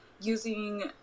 using